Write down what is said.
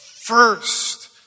First